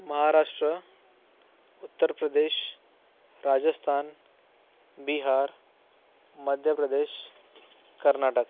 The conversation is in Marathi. महाराष्ट्र उत्तर प्रदेश राजस्थान बिहार मध्य प्रदेश कर्नाटक